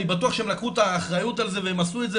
אני בטוח שהם לקחו את האחריות על זה והם עשו את זה